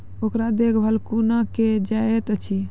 ओकर देखभाल कुना केल जायत अछि?